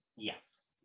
Yes